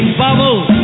bubbles